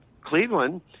cleveland